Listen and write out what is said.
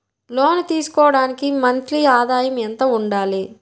లోను తీసుకోవడానికి మంత్లీ ఆదాయము ఎంత ఉండాలి?